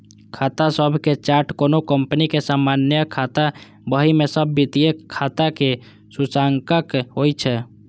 खाता सभक चार्ट कोनो कंपनी के सामान्य खाता बही मे सब वित्तीय खाताक सूचकांक होइ छै